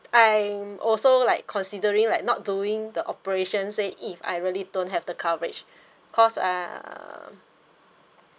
I'm also like considering like not doing the operation said if I really don't have the coverage cause uh